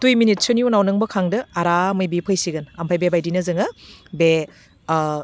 दुइ मिनिटसोनि उनाव नों बोखांदो आरामै बे फैसिगोन ओमफ्राय बेबायदिनो जोङो बे